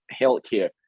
healthcare